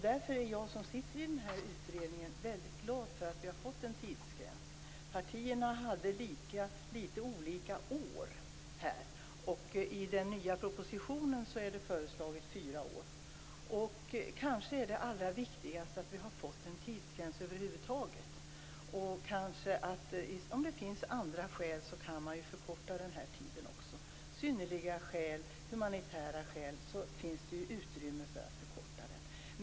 Därför är jag som sitter i denna utredning väldigt glad för att vi får en tidsgräns. Partierna hade föreslagit olika antal år, och i propositionen föreslås fyra år. Kanske är det allra viktigaste att vi har fått en tidsgräns över huvud taget och att det finns utrymme för att förkorta tiden om det finns andra skäl, synnerliga skäl, humanitära skäl.